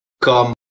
come